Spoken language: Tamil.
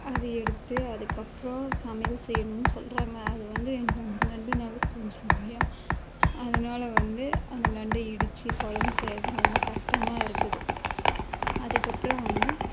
அதை எடுத்து அதுக்கப்புறம் சமையல் செய்யணும்னு சொல்கிறாங்க அது வந்து எனக்கு வந்து நண்டுனாவே கொஞ்சம் பயம் அதனால் வந்து அந்த நண்டை இடித்து குழம்பு செய்கிறது ரொம்ப கஷ்டமா இருக்குது அதுக்கப்புறம் வந்து